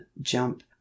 jump